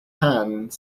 hands